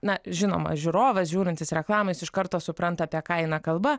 na žinoma žiūrovas žiūrintis reklamą jis iš karto supranta apie ką eina kalba